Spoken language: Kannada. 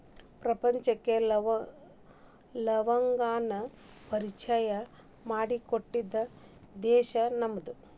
ಪ್ರಪಂಚಕ್ಕೆ ಲವಂಗವನ್ನಾ ಪರಿಚಯಾ ಮಾಡಿಕೊಟ್ಟಿದ್ದ ದೇಶಾ ನಮ್ದು